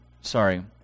sorry